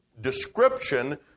description